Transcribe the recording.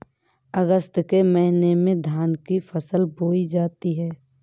अगस्त के महीने में धान की फसल बोई जाती हैं